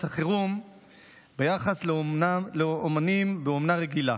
החירום ביחס לאומנים באומנה רגילה.